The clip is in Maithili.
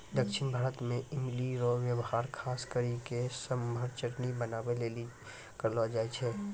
दक्षिण भारत मे इमली रो वेहवार खास करी के सांभर चटनी बनाबै लेली करलो जाय छै